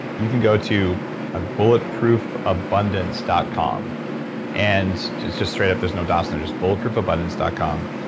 you can go to ah bulletproofabundance dot com and just just straight up there's no dots in there. just bulletproofabundance dot com.